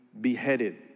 beheaded